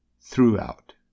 throughout